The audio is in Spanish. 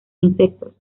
insectos